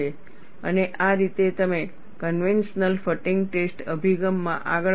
અને આ રીતે તમે કન્વેન્શનલ ફટીગ ટેસ્ટ અભિગમમાં આગળ વધ્યા છો